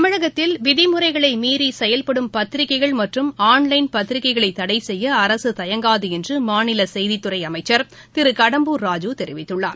தமிழகத்தில் விதிமுறைகளைமீறிசெயல்படும் பத்திரிகைகள் மற்றும் ஆன்லைன் பத்திரிகைகளைதடைசெய்ய அரசுதயங்காதுஎன்றுமாநிலசெய்திதுறை அமைச்சர் திருகடம்பூர் ராஜூ தெரிவித்துள்ளார்